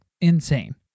insane